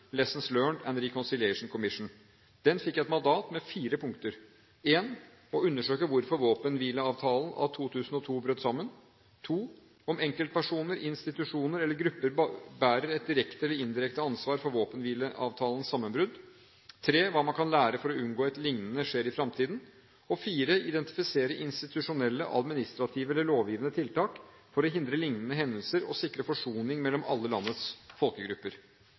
and Reconciliation Commisison. Den fikk et mandat med fire punkter: å undersøke hvorfor våpenhvileavtalen av 2002 brøt sammen om enkeltpersoner, institusjoner eller grupper bærer et direkte eller indirekte ansvar for våpenhvileavtalens sammenbrudd hva man kan lære for å unngå at liknende skjer i fremtiden å identifisere institusjonelle, administrative eller lovgivende tiltak for å hindre liknende hendelser og sikre forsoning mellom alle landets folkegrupper